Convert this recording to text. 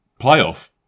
playoff